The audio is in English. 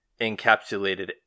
encapsulated